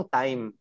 time